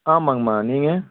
ஆமாங்கம்மா நீங்கள்